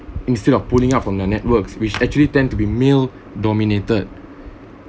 instead of pulling up from their networks which actually tend to be male dominated